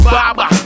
Baba